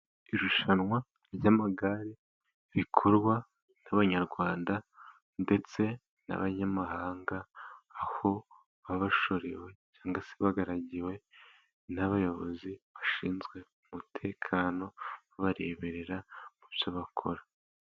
Irushanwa ry'amagare rikorwa n'abanyarwanda, ndetse n'abanyamahanga, aho baba bashorewe, cyangwa se bagaragiwe n'abayobozi bashinzwe umutekano babareberera mu byo bakora.